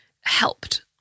helped